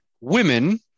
women